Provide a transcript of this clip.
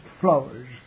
flowers